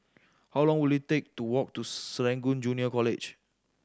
how long will it take to walk to Serangoon Junior College